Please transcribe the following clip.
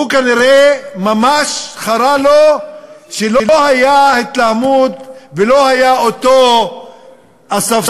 כנראה ממש חרה לו שלא הייתה התלהמות ולא היה אותו אספסוף